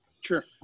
Sure